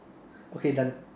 okay done